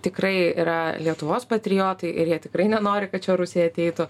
tikrai yra lietuvos patriotai ir jie tikrai nenori kad čia rusija ateitų